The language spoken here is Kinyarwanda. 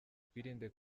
twirinde